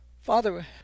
Father